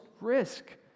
risk